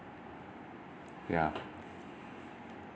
ya